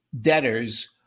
debtors